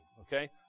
Okay